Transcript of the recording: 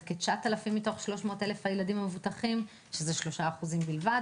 כ-9,000 מתוך 300,000 הילדים המבוטחים שזה 3% בלבד